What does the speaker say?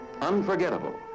unforgettable